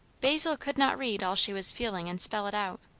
basil could not read all she was feeling and spell it out.